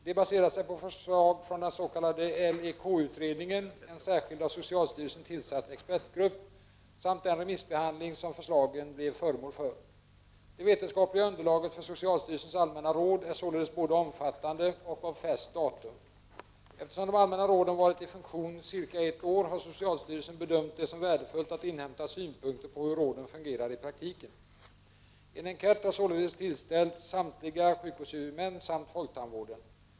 De baserar sig på förslag från den s.k. LEK-utredningen — en särskild av socialstyrelsen tillsatt expertgrupp — samt den remissbehandling som förslagen blev föremål för. Det vetenskapliga underlaget för socialstyrelsens allmänna råd är således både omfattande och av färskt datum. Eftersom de allmänna råden varit i funktion cirka ett år har socialstyrelsen bedömt det som värdefullt att inhämta synpunkter på hur råden fungerar i praktiken. En enkät har således tillställts samtliga sjukvårdshuvudmän samt folktandvården.